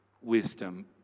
wisdom